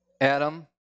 Adam